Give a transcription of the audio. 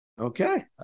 okay